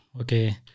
Okay